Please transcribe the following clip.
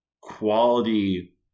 quality